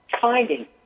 finding